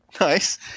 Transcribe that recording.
Nice